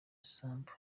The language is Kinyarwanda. sambu